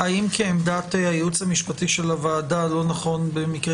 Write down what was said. האם כעמדת הייעוץ המשפטי של הוועדה לא נכון במקרה